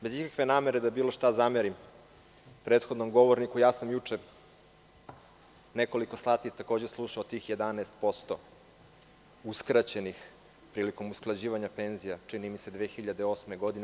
Bez ikakve namere da bilo šta zamerim prethodnom govorniku, juče sam nekoliko sati takođe slušao tih 11% uskraćenih prilikom usklađivanja penzija, čini mi se, 2008. godine.